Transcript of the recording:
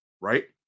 right